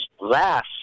last